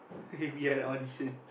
we had a audition